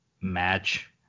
match